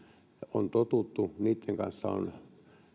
on totuttu niitten kanssa on